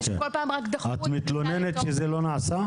ושכל פעם רק דחו את הבדיקה --- את מתלוננת שזה לא נעשה?